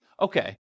okay